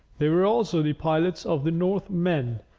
they were also the pilots of the northmen,